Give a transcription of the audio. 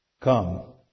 come